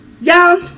Y'all